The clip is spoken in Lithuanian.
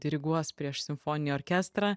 diriguos prieš simfoninį orkestrą